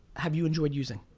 have you enjoyed using?